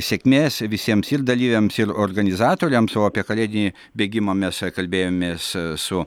sėkmės visiems ir dalyviams ir organizatoriams o apie kalėdinį bėgimą mes kalbėjomės su